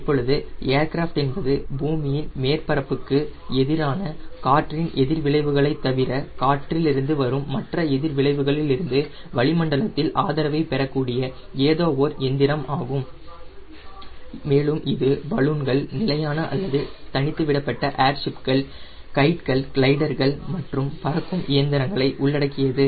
இப்போது ஏர்கிராஃப்ட் என்பது பூமியின் மேற்பரப்புக்கு எதிரான காற்றின் எதிர்விளைவுகளைத் தவிர காற்றிலிருந்து வரும் மற்ற எதிர்விளைவுகளிலிருந்து வளிமண்டலத்தில் ஆதரவைப் பெறக்கூடிய ஏதோ ஓர் எந்திரமாகும் மேலும் இது பலூன்கள் நிலையான அல்லது தனித்துவிடப்பட்ட ஏர் ஷிப்கள் கைட்கள் கிளைடர்கள் மற்றும் பறக்கும் இயந்திரங்கள் உள்ளடக்கியது